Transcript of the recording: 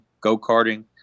go-karting